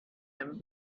him